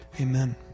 Amen